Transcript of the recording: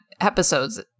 episodes